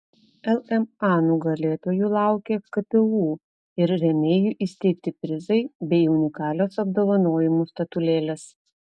lma nugalėtojų laukia ktu ir rėmėjų įsteigti prizai bei unikalios apdovanojimų statulėlės